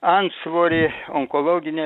antsvorį onkologinę